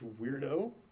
weirdo